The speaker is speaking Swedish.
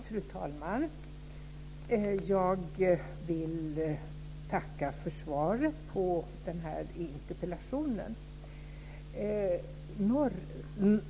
Fru talman! Jag vill tacka för svaret på den här interpellationen.